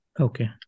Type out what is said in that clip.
Okay